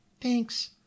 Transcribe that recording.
Thanks